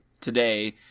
today